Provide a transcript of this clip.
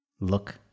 Look